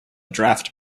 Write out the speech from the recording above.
draft